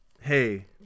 hey